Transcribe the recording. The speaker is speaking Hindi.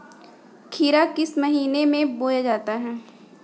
खीरा किस महीने में बोया जाता है?